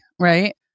right